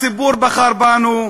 הציבור בחר בנו,